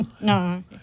no